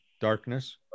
darkness